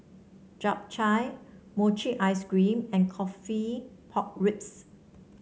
Chap Chai Mochi Ice Cream and coffee Pork Ribs